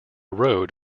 road